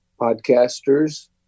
podcasters